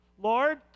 Lord